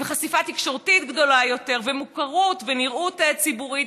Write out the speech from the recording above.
חשיפה תקשורתית גדולה יותר ומוכרות ונראות ציבורית.